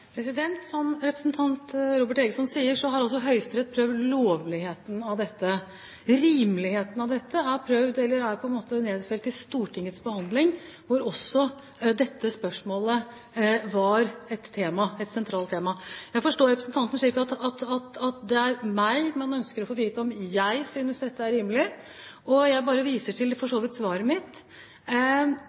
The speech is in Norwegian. Som representanten Robert Eriksson sier, har altså Høyesterett prøvd lovligheten av dette. Rimeligheten av det er nedfelt i Stortingets behandling, hvor også dette spørsmålet var et sentralt tema. Jeg forstår representanten slik at han ønsker å få vite om jeg synes dette er rimelig. Jeg vil bare vise til